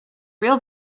real